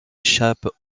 échappent